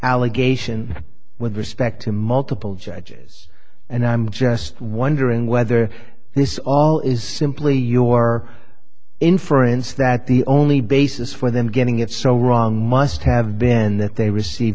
allegation with respect to multiple judges and i'm just wondering whether this all is simply your inference that the only basis for them getting it so wrong must have been that they receive